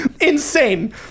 insane